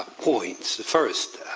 points. first,